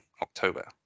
October